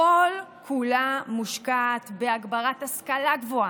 כל-כולה מושקעת בהגברת השכלה גבוהה,